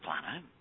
planet